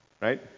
right